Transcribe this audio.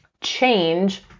change